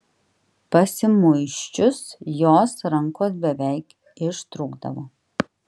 pasimuisčius jos rankos beveik ištrūkdavo